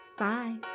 Bye